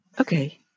Okay